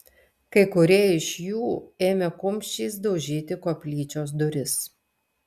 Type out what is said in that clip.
kai kurie iš jų ėmė kumščiais daužyti koplyčios duris